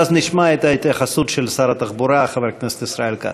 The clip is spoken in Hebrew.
ואז נשמע את ההתייחסות של שר התחבורה חבר הכנסת ישראל כץ.